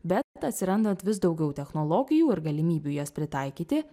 bet atsirandant vis daugiau technologijų ir galimybių jas pritaikyti